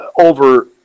over